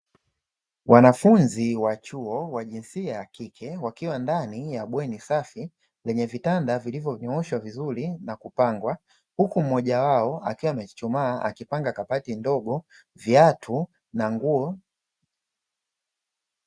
Wanafunzi wa chuo wa jinsia ya kike wakiwa ndani ya bweni safi lenye vitanda vilivyonyooshwa vizuri na kupangwa, huku mmoja wao akiwa amechuchumaa, akipanga kabati ndogo viatu na nguo.